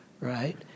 right